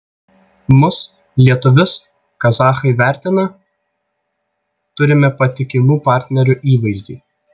mus lietuvius kazachai vertina turime patikimų partnerių įvaizdį